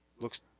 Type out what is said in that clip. looks